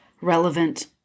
relevant